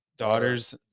daughter's